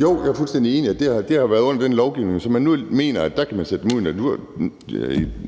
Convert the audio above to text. Jo, jeg er fuldstændig enig, og det har været under den lovgivning, som man nu mener man kan bruge til at sætte dem ud